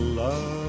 love